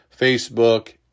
Facebook